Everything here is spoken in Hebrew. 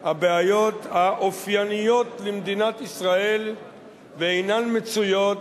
הבעיות האופייניות למדינת ישראל ואינן מצויות